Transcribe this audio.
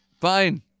Fine